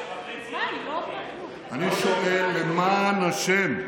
אני שואל: למען השם,